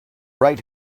right